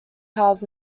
cars